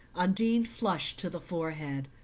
undine flushed to the forehead.